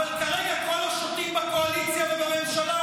אבל כרגע כל השוטים בקואליציה ובממשלה,